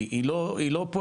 היא לא פועלת